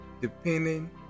depending